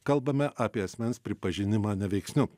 kalbame apie asmens pripažinimą neveiksniu